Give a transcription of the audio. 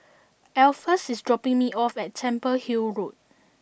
Alpheus is dropping me off at Temple Hill Road